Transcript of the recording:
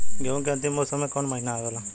गेहूँ के अंतिम मौसम में कऊन महिना आवेला?